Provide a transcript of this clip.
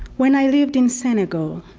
when i lived in senegal,